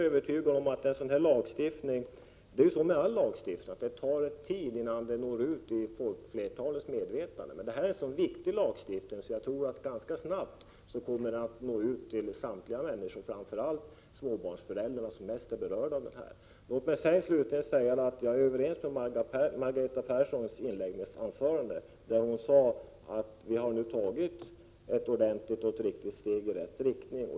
Det är ju så med alllagstiftning att det tar tid innan den når ut i folkflertalets medvetande, men det här är en så viktig lagstiftning att jag är övertygad om att den ganska snabbt kommer att nå ut till samtliga människor, framför allt småbarnsföräldrarna, som är mest berörda. Låt mig slutligen säga att jag helt håller med Margareta Persson om vad hon sade i sitt inledningsanförande, att vi nu har tagit ett ordentligt steg i rätt riktning.